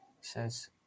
says